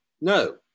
No